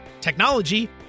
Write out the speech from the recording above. technology